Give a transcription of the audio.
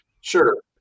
Sure